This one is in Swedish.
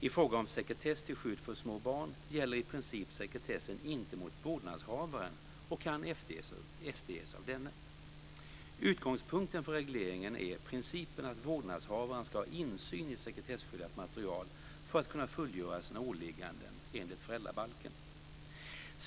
I fråga om sekretess till skydd för små barn gäller i princip sekretessen inte mot vårdnadshavaren och kan efterges av denne. Utgångspunkten för regleringen är principen att vårdnadshavaren ska ha insyn i sekretesskyddat material för att kunna fullgöra sina åligganden enligt föräldrabalken.